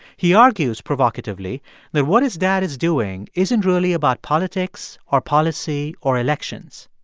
he argues provocatively that what his dad is doing isn't really about politics or policy or elections.